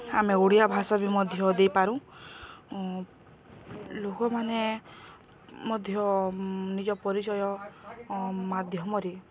ଆମେ ଓଡ଼ିଆ ଭାଷା ବି ମଧ୍ୟ ଦେଇପାରୁ ଲୋକମାନେ ମଧ୍ୟ ନିଜ ପରିଚୟ ମାଧ୍ୟମରେ